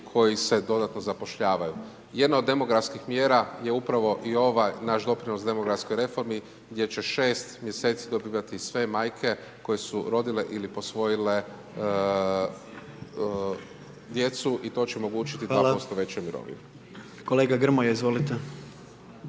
koji se dodatno zapošljavaju. Jedna od demografskih mjera je upravo i ovaj naš doprinos demografskoj reformi gdje će 6 mj. dobivati sve majke koje su rodile ili posvojile i to će omogućiti 2% veće mirovine. **Jandroković,